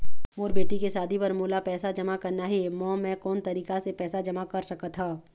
मोर बेटी के शादी बर मोला पैसा जमा करना हे, म मैं कोन तरीका से पैसा जमा कर सकत ह?